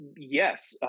Yes